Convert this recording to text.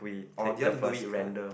or do you want to do it random